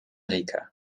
rica